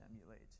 emulate